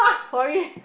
sorry